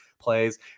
plays